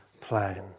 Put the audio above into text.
plan